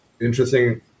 interesting